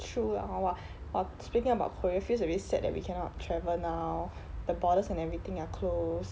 true lah hor !wah! !wah! speaking about korea feels a bit sad that we cannot travel now the borders and everything are closed